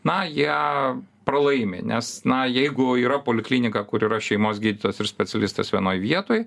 na jie pralaimi nes na jeigu yra poliklinika kur yra šeimos gydytojas ir specialistas vienoj vietoj